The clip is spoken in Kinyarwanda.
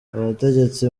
abategetsi